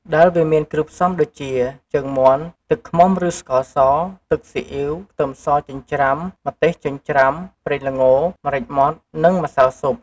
ដែលវាមានគ្រឿងផ្សំដូចជា ជើងមាន់ ទឹកឃ្មុំឬស្ករស ទឹកស៊ីអ៉ីវ ខ្ទឹមសចិញ្រ្ចាំ ម្ទេសចិញ្រ្ជាំ ប្រេងល្ង ម្រេចម៉ដ្ឋ និងម្សៅស៊ុប ។